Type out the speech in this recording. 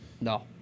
No